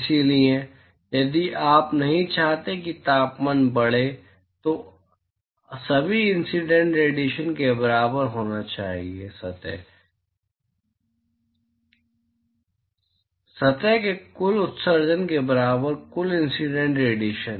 इसलिए यदि आप नहीं चाहते कि तापमान बढ़े तो सभी इंसीडेंट रेडिएशन के बराबर होना चाहिए सतह से कुल उत्सर्जन के बराबर कुल इंसीडेंट रेडिएशन